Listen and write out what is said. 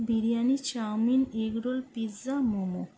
biryani chowmein egg roll pizza momo